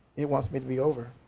it wants me to be over.